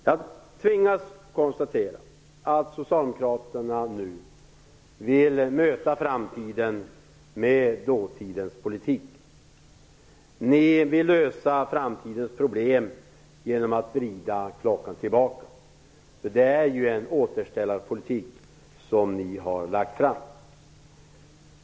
Jag tvingas konstatera att Socialdemokraterna nu vill möta framtiden med dåtidens politik. Ni vill lösa framtidens problem genom att vrida klockan tillbaka. Det är en återställarpolitik som ni har lagt fram.